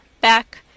back